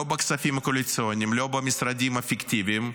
לא בכספים הקואליציוניים, לא במשרדים הפיקטיביים.